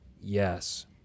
Yes